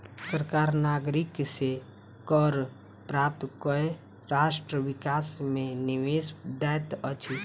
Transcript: सरकार नागरिक से कर प्राप्त कय राष्ट्र विकास मे निवेश दैत अछि